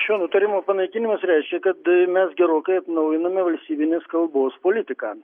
šio nutarimo panaikinimas reiškia kad mes gerokai atnaujiname valstybinės kalbos politiką